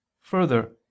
Further